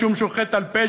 משום שהוא חטא על פשע.